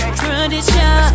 tradition